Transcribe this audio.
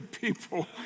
people